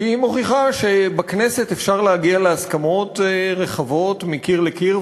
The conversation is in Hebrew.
מוכיחה שבכנסת אפשר להגיע להסכמות רחבות מקיר לקיר,